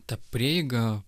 ta prieiga